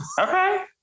okay